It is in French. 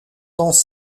dans